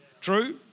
True